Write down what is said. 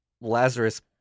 Lazarus